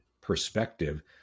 perspective